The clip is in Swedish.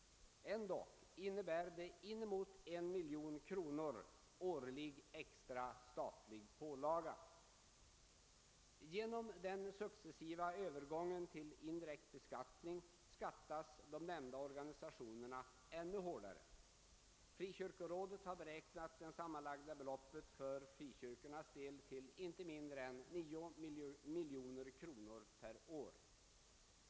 Ändå innebär det inemot 1 miljon kronor i årlig extra statlig pålaga. Genom den successiva övergången till indirekt beskattning beskattas de nämnda organisationerna ännu hårdare. Frikyrkorådet har beräknat det sammanlagda beloppet för frikyrkornas del till inte mindre än 9 miljoner kronor per år.